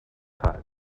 kalt